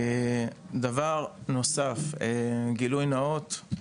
דבר נוסף, גילוי נאות,